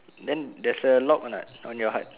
then there's a lock or not on your hut